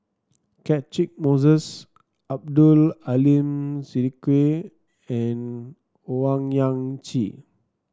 Catchick Moses Abdul Aleem Siddique and Owyang Chi